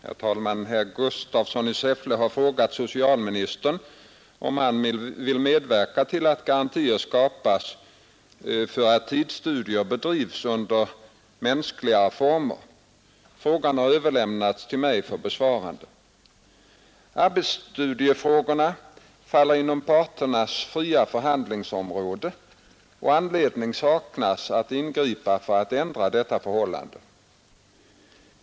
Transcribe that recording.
Herr talman! Herr Gustafsson i Säffle har frågat socialministern om han vill medverka till att garantier skapas för att tidsstudier bedrivs under mänskligare former. Frågan har överlämnats till mig för besvarande. Arbetsstudiefrågor faller inom parternas fria förhandlingsområde och anledning saknas att ingripa för att ändra på detta förhållande.